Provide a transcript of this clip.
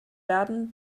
werden